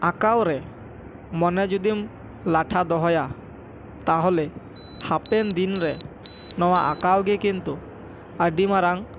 ᱟᱸᱠᱟᱣ ᱨᱮ ᱢᱚᱱᱮ ᱡᱚᱫᱤᱢ ᱞᱟᱴᱷᱟ ᱫᱚᱦᱚᱭᱟ ᱛᱟᱦᱚᱸᱞᱮ ᱦᱟᱯᱮᱱ ᱫᱤᱱ ᱨᱮ ᱱᱚᱣᱟ ᱟᱸᱠᱟᱣ ᱜᱮ ᱠᱤᱱᱛᱩ ᱟᱹᱰᱤ ᱢᱟᱨᱟᱝ